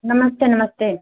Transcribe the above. नमस्ते नमस्ते